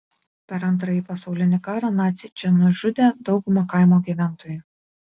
per antrąjį pasaulinį karą naciai čia nužudė daugumą kaimo gyventojų